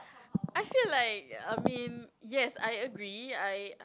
I feel like I mean yes I agree I